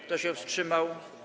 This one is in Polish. Kto się wstrzymał?